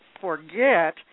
forget